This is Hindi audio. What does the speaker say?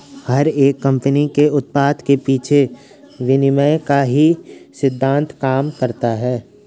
हर एक कम्पनी के उत्पाद के पीछे विनिमय का ही सिद्धान्त काम करता है